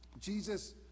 Jesus